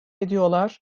ediyorlar